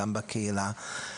גם בקהילה.